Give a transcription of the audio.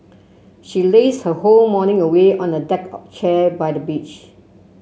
she lazed her whole morning away on a deck of chair by the beach